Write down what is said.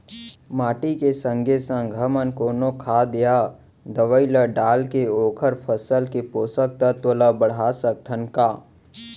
माटी के संगे संग हमन कोनो खाद या दवई ल डालके ओखर फसल के पोषकतत्त्व ल बढ़ा सकथन का?